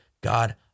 God